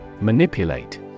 Manipulate